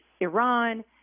Iran